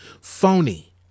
phony